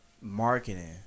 marketing